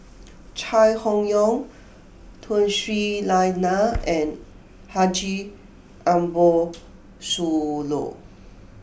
Chai Hon Yoong Tun Sri Lanang and Haji Ambo Sooloh